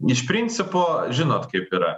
iš principo žinot kaip yra